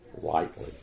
lightly